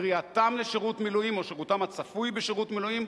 קריאתם לשירות מילואים או שירותם הצפוי בשירות מילואים,